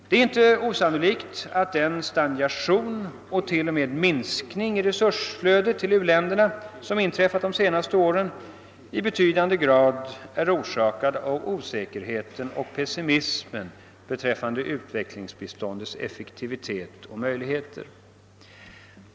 Det är inte osannolikt, att den stagna tion och t.o.m. minskning i resursflödet till u-länderna som inträffat de senaste åren i betydande grad är orsakad av osäkerhet och pessimism beträffande utvecklingsbiståndets effektivitet och möjligheter.